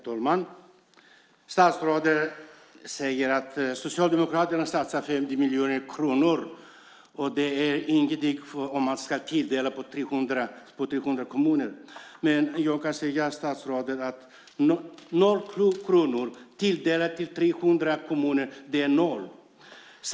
Herr talman! Statsrådet säger att Socialdemokraterna satsar 50 miljoner kronor och att det inte är någonting när det ska fördelas på 300 kommuner. Jag kan säga till statsrådet att noll kronor tilldelat till 300 kommuner är noll.